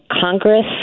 Congress